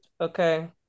okay